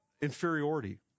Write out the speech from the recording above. inferiority